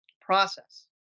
process